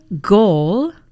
goal